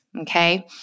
Okay